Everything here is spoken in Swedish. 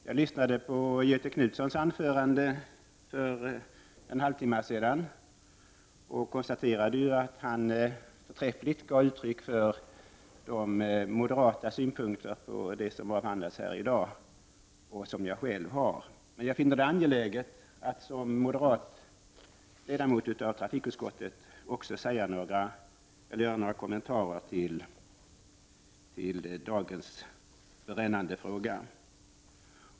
Herr talman! Jag lyssnade på Göthe Knutsons anförande för en halvtimme sedan och konstaterade att han på ett förträffligt sätt gav uttryck för de moderata synpunkterna i den fråga som avhandlas i dag. Jag instämmer alltså i dessa synpunkter. Men jag finner det också angeläget att som moderat ledamot av trafikutskottet få göra några kommentarer till dagens brännande fråga.